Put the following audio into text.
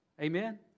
Amen